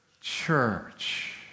church